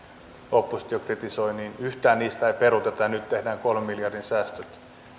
oppositio kritisoi ei peruuteta ja nyt tehdään kolmen miljardin säästöt